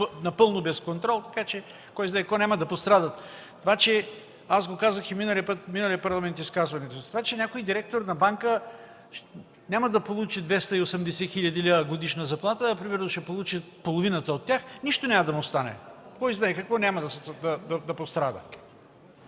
напълно без контрол, така че кой знае какво няма да пострадат. Аз го казах и в изказването си в миналия Парламент. Затова че някой директор на банка няма да получи 280 хил. лв. годишна заплата, а примерно ще получи половината от тях, нищо няма да му стане и кой знае какво няма да пострада.